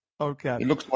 Okay